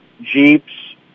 Jeeps